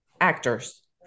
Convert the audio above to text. actors